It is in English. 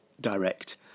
direct